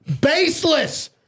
baseless